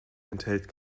enthält